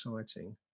exciting